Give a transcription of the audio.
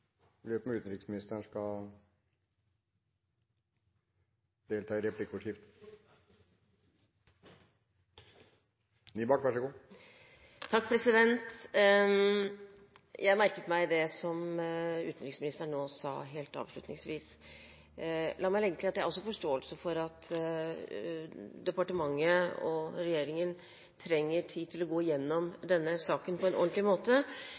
Jeg merket meg det som utenriksministeren sa helt avslutningsvis. Jeg har også forståelse for at departementet og regjeringen trenger tid til å gå gjennom denne saken på en ordentlig måte,